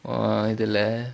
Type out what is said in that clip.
உன் இதுல:un ithula